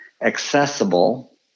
accessible